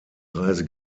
reise